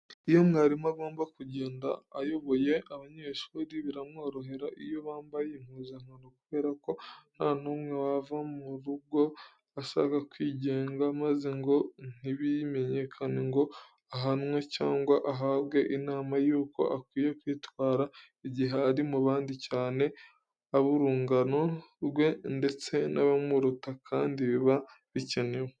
Iyo mwarimu agomba kugenda ayoboye abanyeshuri, biramworohera iyo bambaye impuzankano kubera ko nta n'umwe wava mu murongo ashaka kwigenga, maze ngo ntibimenyekane ngo ahanwe cyangwa ahabwe inama y'uko akwiye kwitwara igihe ari mu bandi, cyane ab'urungano rwe ndetse n'abamuruta, kandi biba bikenewe.